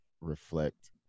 reflect